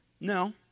No